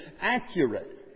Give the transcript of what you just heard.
accurate